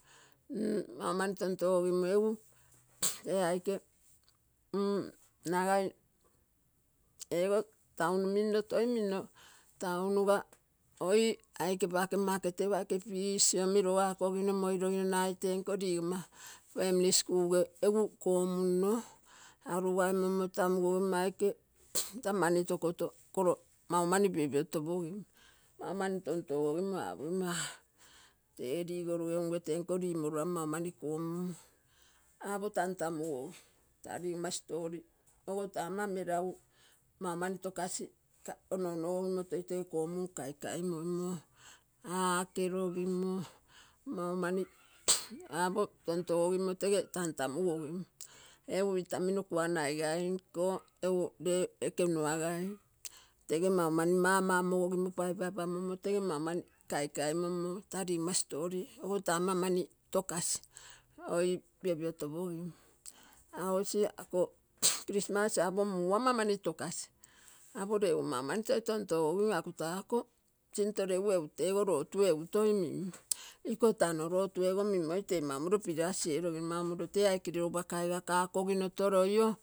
Mm mau mani tontogogimo egu ee aike mm nagai ee ogo taun minno toiminno raunuga oii aike pake market taike fish omi iogagogino moilogino nagai tee nko ligonma families kuge egu omunno orugaimonmo tamugogimo aikee taa mani tokoto kovo maumani piopiotopogim, maumani tontogogimo apogimo ahh ee ligorogee ungee tenko rimorore mau mani kommumo apo tantamugogi, ta rigomma story taa ama meragu maumani tokasi ono ono gogimo toi tege kommum kaikai moimo aa kerogimo maumani apo tontogogimo tege tantamugogim egu itamino kuanaiga nko egu mmm ekenuagainko mau mani mama mogogimo, paipaipamo tege mau mani kaikaimoimo tee igomma story ogo christmas apo muu ama mani sinto regu mimmoi tee mamaro pirasi erogino mamoro tee aikee rirogupa kaigakogino toroio.